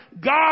God